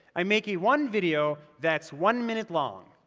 i'm making one video that's one minute long.